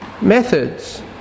Methods